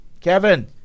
Kevin